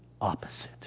opposite